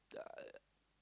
uh